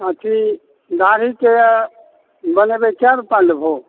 अथी दाढ़ीके बनबयके रुपैआ लेबहो